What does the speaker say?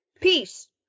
Peace